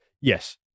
Yes